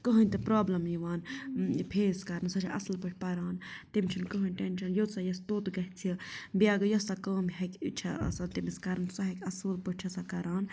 کٕہٕنۍ تہِ پرٛابلِم یِوان فیس کَرنہٕ سۄ چھےٚ اَصٕل پٲٹھۍ پَران تٔمِس چھُنہٕ کٕہٕنۍ ٹٮ۪نٛشَن یوٚت سۄ یَژھِ توٚت گژھِ بیٚیہِ اگر یۄس سۄ کٲم ہیٚکہِ چھےٚ آسان تٔمِس کرٕنۍ سۄ ہیٚکہِ اَصٕل پٲٹھۍ چھےٚ سۄ کَران